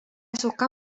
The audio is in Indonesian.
suka